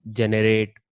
generate